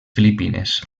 filipines